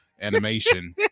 animation